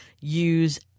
use